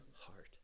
heart